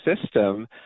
system